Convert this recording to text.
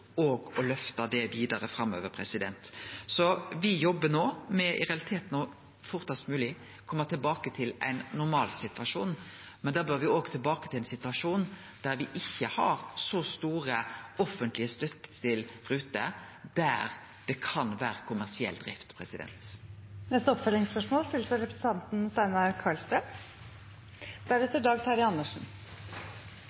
og for å løfte det vidare framover. Me jobbar no med fortast mogleg å kome tilbake til ein normalsituasjon. Men da bør me òg kome tilbake til ein situasjon der me ikkje har så stor offentleg støtte til ruter som kan ha kommersiell drift. Det åpnes for oppfølgingsspørsmål